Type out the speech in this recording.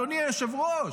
אדוני היושב-ראש?